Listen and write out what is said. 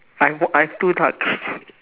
I've I have two ducks